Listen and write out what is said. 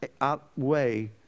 outweigh